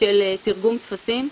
של תרגום טפסים,